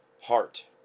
heart